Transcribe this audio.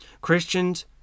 Christians